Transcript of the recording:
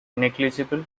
negligible